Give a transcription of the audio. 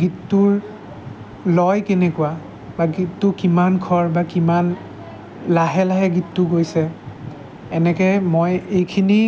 গীতটোৰ লয় কেনেকুৱা বা গীতটো কিমান খৰ বা কিমান লাহে লাহে গীতটো গৈছে এনেকৈ মই এইখিনি